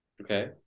Okay